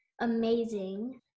amazing